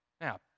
Now